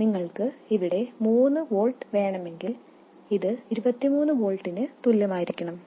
നിങ്ങൾക്ക് ഇവിടെ 3 വോൾട്ട് വേണമെങ്കിൽ ഇത് 23 വോൾട്ടിന് തുല്യമായിരിക്കണം